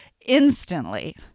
instantly